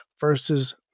versus